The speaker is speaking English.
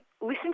listen